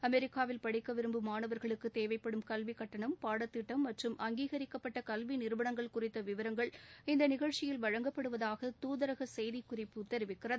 அமெரிக்காவில் படிக்க விரும்பும் மாணவர்களுக்கு தேவைப்படும் கல்வி கட்டணம் பாடத்திட்டம் மற்றும் அங்கீகரிக்கப்பட்ட கல்வி நிறுவனங்கள் குறித்த விவரங்கள் இந்த நிகழ்ச்சிகளில் வழங்கப்படுவதாக தூதரக செய்திக்குறிப்பு தெரிவிக்கிறது